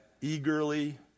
eagerly